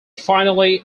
finally